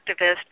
activist